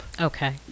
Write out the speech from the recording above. okay